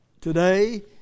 today